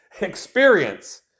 experience